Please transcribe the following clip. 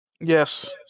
Yes